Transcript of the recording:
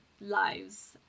lives